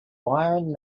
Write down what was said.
byron